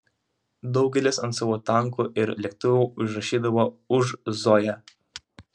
daugelis ant savo tankų ir lėktuvų užrašydavo už zoją